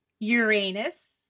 Uranus